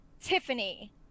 Tiffany